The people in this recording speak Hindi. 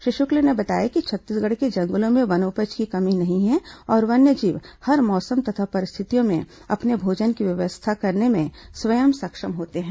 श्री शुक्ल ने बताया कि छत्तीसगढ़ के जंगलों में वनोपज की कमी नहीं है और वन्यजीव हर मौसम तथा परिस्थितियों में अपने भोजन की व्यवस्था करने में स्वयं सक्षम होते हैं